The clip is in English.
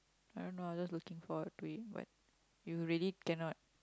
I don't know I just looking forward to it but you really cannot